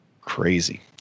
Crazy